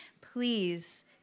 please